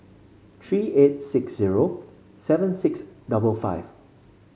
three eight six zero seven six double five